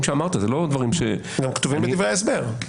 שאמרת --- גם כתובים בדברי ההסבר.